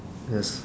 yes